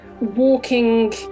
walking